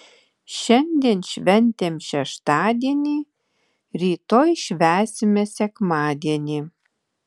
šiandien šventėm šeštadienį rytoj švęsime sekmadienį